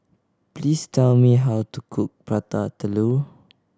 please tell me how to cook Prata Telur